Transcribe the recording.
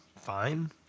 fine